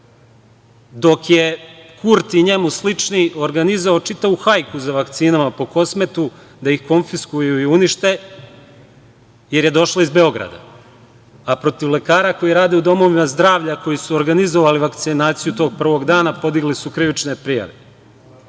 dok je Kurti i njemu slični organizovao čitavu hajku za vakcinama po Kosmetu da ih konfiskuju i unište, jer je došlo iz Beograda. Protiv lekara koji rade u domovima zdravlja, koji su organizovali vakcinaciju tog prvog dana podigli su krivične prijave. Zato